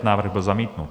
Návrh byl zamítnut.